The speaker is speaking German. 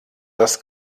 das